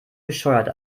bescheuert